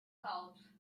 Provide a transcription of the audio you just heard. couch